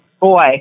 boy